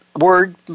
word